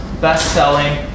best-selling